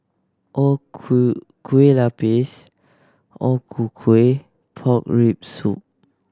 O ku kue lupis O Ku Kueh pork rib soup